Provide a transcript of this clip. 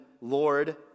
Lord